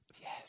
Yes